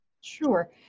Sure